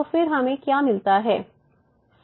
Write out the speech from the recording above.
तो फिर हमें क्या मिलता है